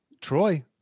Troy